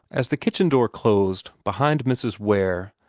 as the kitchen door closed behind mrs. ware,